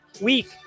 week